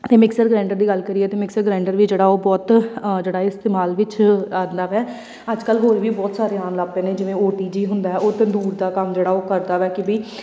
ਅਤੇ mixer grinder ਦੀ ਗੱਲ ਕਰੀਏ ਤਾਂ ਮਿਕਸ ਗਰੈਂਡਰ ਵੀ ਜਿਹੜਾ ਉਹ ਬਹੁਤ ਜਿਹੜਾ ਏ ਇਸਤੇਮਾਲ ਵਿੱਚ ਆਉਂਦਾ ਵੈ ਅੱਜ ਕੱਲ੍ਹ ਹੋਰ ਵੀ ਬਹੁਤ ਸਾਰੇ ਆਣ ਲੱਗ ਪਏ ਨੇ ਜਿਵੇਂ ਓ ਟੀ ਜੀ ਹੁੰਦਾ ਹੈ ਉਹ ਤੰਦੂਰ ਦਾ ਕੰਮ ਜਿਹੜਾ ਉਹ ਕਰਦਾ ਵੈ ਕਿ ਬਈ